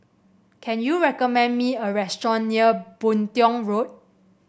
can you recommend me a restaurant near Boon Tiong Road